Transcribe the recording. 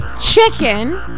Chicken